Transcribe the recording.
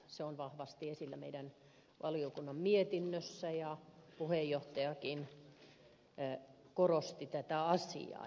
se on vahvasti esillä meidän valiokunnan mietinnössä ja puheenjohtajakin korosti tätä asiaa